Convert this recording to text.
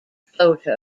photo